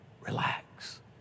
Relax